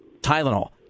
Tylenol